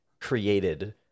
created